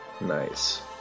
Nice